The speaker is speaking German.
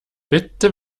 bitte